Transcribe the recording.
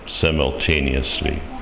simultaneously